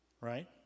Right